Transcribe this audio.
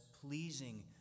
pleasing